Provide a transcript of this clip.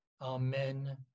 amen